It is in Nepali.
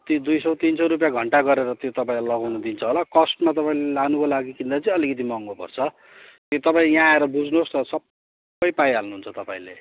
दुई सौ तिन सौ रुपियाँ घन्टा गरेर त्यो तपाईँलाई लागाउनु दिन्छ होला कस्टमा तपाईँले लानुको लागि किन्दा चाहिँ अलिकति महँगो पर्छ तपाईँ यहाँ आएर बुझ्नुहोस् न सबै पाइहाल्नुहुन्छ तपाईँले